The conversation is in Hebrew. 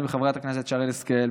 חברת הכנסת שרן השכל,